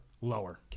Lower